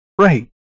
Right